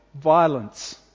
violence